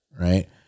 right